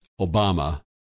Obama